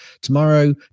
tomorrow